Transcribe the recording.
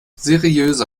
seriöse